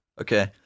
Okay